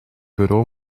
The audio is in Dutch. bureau